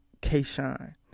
K-Shine